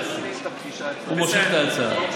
הוא מושך את ההצעה.